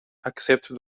accepte